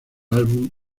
álbum